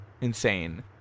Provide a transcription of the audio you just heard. insane